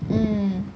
mm